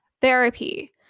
therapy